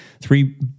Three